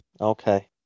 Okay